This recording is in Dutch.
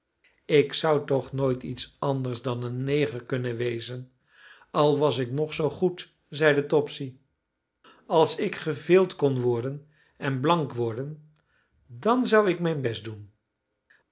ik zou toch nooit iets anders dan een neger kunnen wezen al was ik nog zoo goed zeide topsy als ik gevild kon worden en blank worden dan zou ik mijn best doen